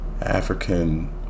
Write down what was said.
African